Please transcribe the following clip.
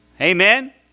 Amen